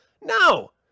No